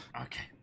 Okay